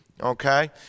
okay